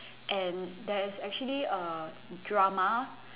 and there's actually a drama